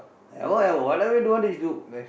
havoc whatever you don't want then you do